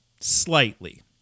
slightly